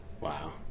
Wow